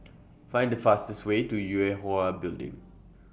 Find The fastest Way to Yue Hwa Building